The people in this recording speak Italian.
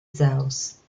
zeus